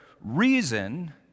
reason